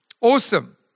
Awesome